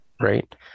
Right